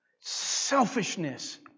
Selfishness